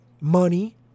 money